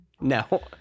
No